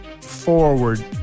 forward